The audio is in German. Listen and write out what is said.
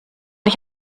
ich